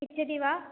इच्छति वा